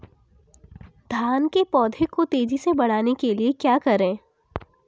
धान के पौधे को तेजी से बढ़ाने के लिए क्या करें?